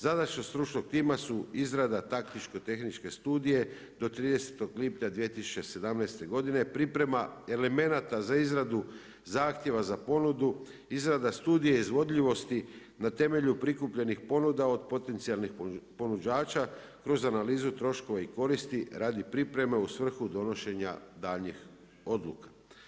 Zadaće stručnog tima su izrada taktičko-tehničke studije do 30. lipnja 2017. godine, priprema elemenata za izradu zahtjeva za ponudu, izrada studije izvodljivosti na temelju prikupljenih ponuda od potencijalnih ponuđača kroz analizu troškova i koristi radi pripreme u svrhu donošenja daljnjih odluka.